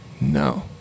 No